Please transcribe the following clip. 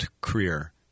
career